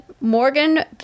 Morgan